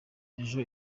ejo